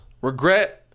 regret –